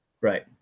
Right